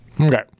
Okay